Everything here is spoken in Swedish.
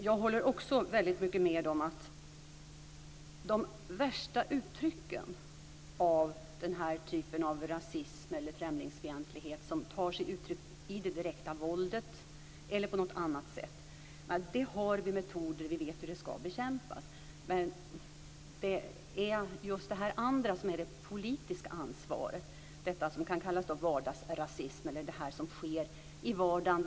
Jag håller också med om att vi har metoder för hur vi ska bekämpa de värsta formern av rasism eller främlingsfientlighet som tar sitt uttryck i direkt våld eller på något annat sätt. Men det andra som vi har det politiska ansvaret för är detta som kallas vardagsrasism och som förekommer till vardags.